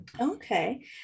Okay